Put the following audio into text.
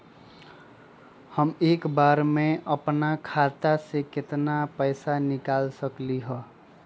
हम एक बार में अपना खाता से केतना पैसा निकाल सकली ह?